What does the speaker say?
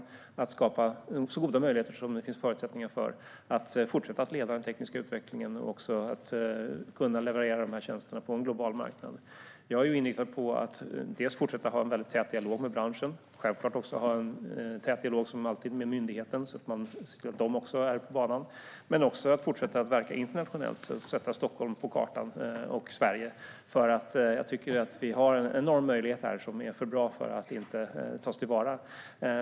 Vi ska skapa goda så möjligheter som förutsättningarna tillåter för att man ska fortsätta leda den tekniska utvecklingen och leverera dessa tjänster på en global marknad. Jag är inriktad på att dels fortsätta ha en väldigt tät dialog med branschen - och självklart, som alltid, med myndigheten så att den också är på banan - dels fortsätta verka internationellt för att sätta Stockholm och Sverige på kartan. Jag tycker nämligen att vi har en enorm möjlighet här som är för bra för att inte tas till vara.